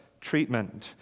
treatment